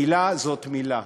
מילה זאת מילה.